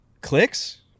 clicks